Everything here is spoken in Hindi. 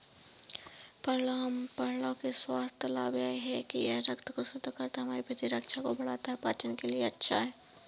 परवल के स्वास्थ्य लाभ यह हैं कि यह रक्त को शुद्ध करता है, हमारी प्रतिरक्षा को बढ़ाता है, पाचन के लिए अच्छा है